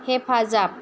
हेफाजाब